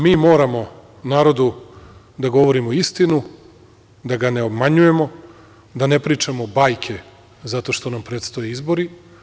Mi moramo narodu da govorimo istinu, da ga ne obmanjujemo, da ne pričamo bajke zato što nam predstoje izbori.